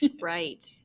Right